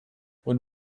when